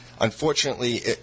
unfortunately